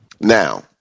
Now